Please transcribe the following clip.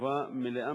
תשובה מלאה,